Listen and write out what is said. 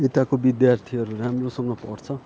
यताको विद्यार्थीहरू राम्रोसँग पढ्छ